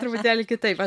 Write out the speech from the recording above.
truputėlį kitaip va